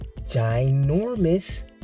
ginormous